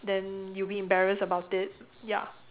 then you'll be embarrassed about it ya